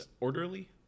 Orderly